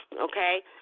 okay